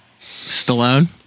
Stallone